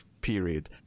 period